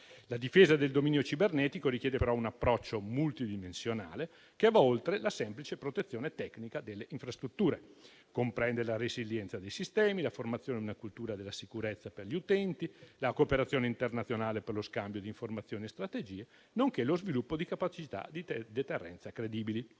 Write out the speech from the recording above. La difesa del dominio cibernetico richiede però un approccio multidimensionale, che va oltre la semplice protezione tecnica delle infrastrutture. Essa comprende la resilienza dei sistemi, la formazione di una cultura della sicurezza per gli utenti, la cooperazione internazionale per lo scambio di informazioni e strategie, nonché lo sviluppo di capacità di deterrenza credibili.